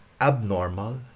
abnormal